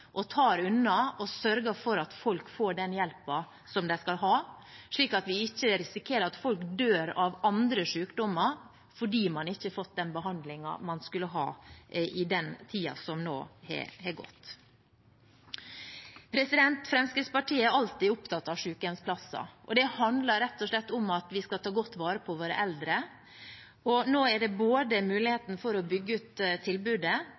og ta unna og sørge for at folk får den hjelpen de skal ha, slik at vi ikke risikerer at folk dør av andre sykdommer fordi man ikke har fått den behandlingen man skulle ha i den tiden som nå har gått. Fremskrittspartiet er alltid opptatt av sykehjemsplasser. Det handler rett og slett om at vi skal ta godt vare på våre eldre. Nå er det mulighet for å bygge ut tilbudet,